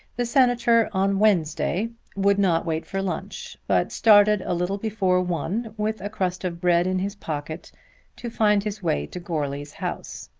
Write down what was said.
the senator on wednesday would not wait for lunch but started a little before one with a crust of bread in his pocket to find his way to goarly's house.